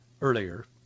earlier